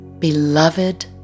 beloved